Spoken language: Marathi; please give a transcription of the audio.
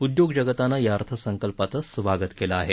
उद्योगजगतानं अर्थसंकल्पाचं स्वागत केलं आहे